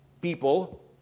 people